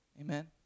Amen